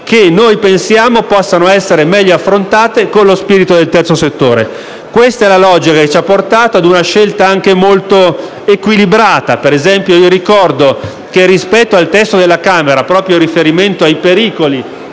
che noi pensiamo possano essere meglio affrontate con lo spirito del terzo settore. Questa è la logica che ci ha portato ad una scelta anche molto equilibrata. Ricordo, per esempio, che, rispetto al testo della Camera, proprio in riferimento ai pericoli